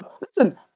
Listen